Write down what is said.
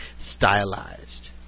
stylized